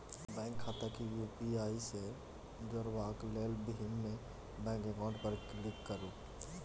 bank खाता केँ UPI सँ जोरबाक लेल भीम मे बैंक अकाउंट पर क्लिक करु